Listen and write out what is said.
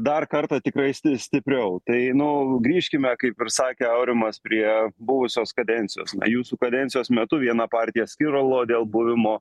dar kartą tikrai sti stipriau tai nu grįžkime kaip ir sakė aurimas prie buvusios kadencijos na jūsų kadencijos metu viena partija skilo dėl buvimo